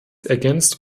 ergänzt